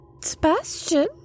Sebastian